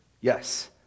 Yes